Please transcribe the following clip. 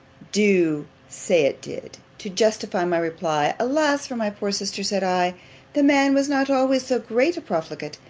do, say it did, to justify my reply alas! for my poor sister! said i the man was not always so great a profligate.